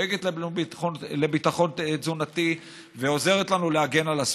דואגת לביטחון תזונתי ועוזרת לנו להגן על הסביבה.